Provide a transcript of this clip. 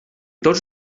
tots